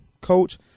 coach